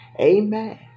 Amen